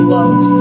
love